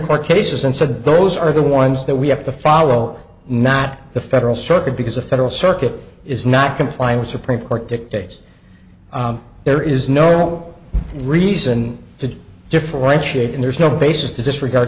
court cases and said those are the ones that we have to follow not the federal circuit because a federal circuit is not complying the supreme court dictates there is no real reason to differentiate and there's no basis to disregard